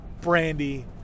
brandy